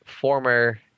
former